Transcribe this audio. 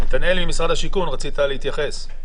נתנאל ממשרד השיכון, רצית להתייחס.